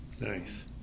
Nice